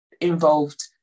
involved